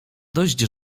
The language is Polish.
dość